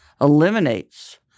eliminates